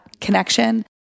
connection